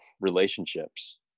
relationships